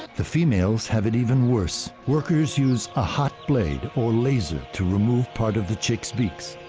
the females have it even worse. workers use a hot blade or laser to remove part of the chick's beaks.